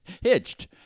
Hitched